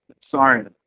sorry